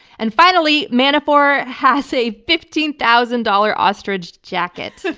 and finally, manafort has a fifteen thousand dollars ostrich jacket,